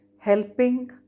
helping